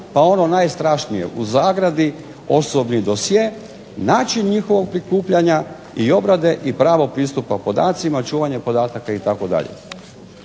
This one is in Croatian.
pa ono najstrašnije, u zagradi, osobni dosje, način njihovog prikupljanja i obrade i pravo pristupa podacima, čuvanje podataka itd.